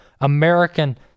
American